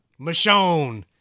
Michonne